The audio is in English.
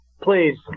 Please